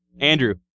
Andrew